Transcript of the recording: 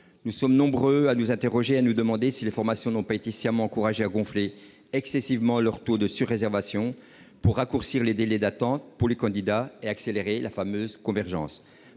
Nous sommes nombreux à nous demander si les formations n'ont pas été sciemment encouragées à gonfler excessivement leur taux de surréservation pour raccourcir les délais d'attente pour les candidats et accélérer la fameuse convergence.